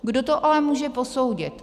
Kdo to ale může posoudit?